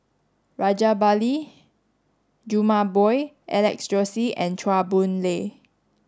Rajabali Jumabhoy Alex Josey and Chua Boon Lay